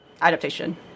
adaptation